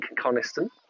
coniston